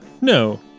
No